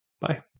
Bye